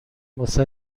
واست